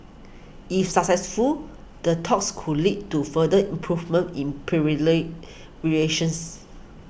if successful the talks could lead to further improvements in privately relations